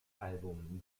album